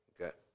Okay